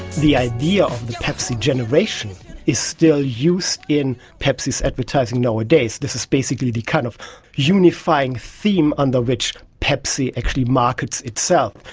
the idea of the pepsi generation is still used in pepsi's advertising nowadays. this is basically the kind of unifying theme under which pepsi actually markets itself,